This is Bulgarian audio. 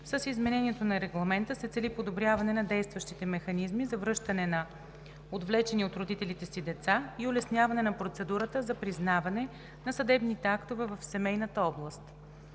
С изменението на Регламента се цели подобряване на действащите механизми за връщане на отвлечени от родителите си деца и улесняване на процедурата за признаване на съдебните актове в семейната област.